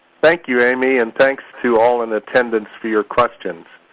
thank you, amy, and thanks to all in attendance for your questions.